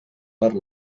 per